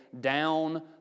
down